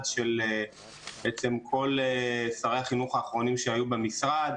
של כל שרי החינוך האחרונים שהיו במשרד.